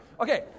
Okay